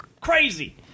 crazy